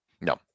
no